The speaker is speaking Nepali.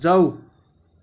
जाऊ